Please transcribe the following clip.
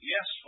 Yes